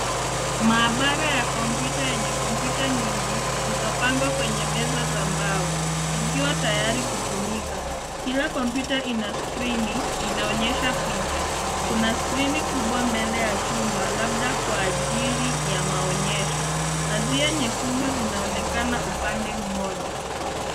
Maabara ya kompyuta yenye kompyuta nyingi zilizopandwa kwenye meza za mbao zikiwa tayari kutumika. Kila kompyuta ina skrini inaonyesha picha. Kuna skrini kubwa mbele ya chumba labda kwa ajili ya maonyesho. Pazia nyekundu zinaonekana upande mmoja.